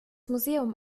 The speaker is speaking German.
museum